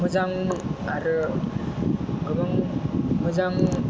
मोजां आरो गोबां मोजां